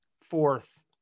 fourth